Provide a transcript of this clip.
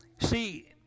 See